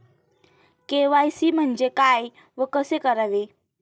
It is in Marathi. के.वाय.सी म्हणजे काय व कसे करावे?